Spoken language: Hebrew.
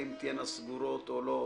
האם תהיינה סגורות או לא,